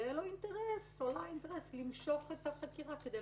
לדעתי חייב להיות